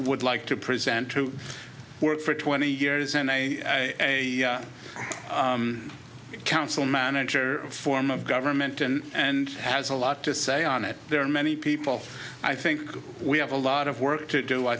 would lie to present to work for twenty years and i counsel a manager form of government and has a lot to say on it there are many people i think we have a lot of work to do i